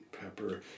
pepper